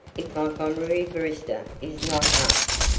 if montgomery brewster is not asked.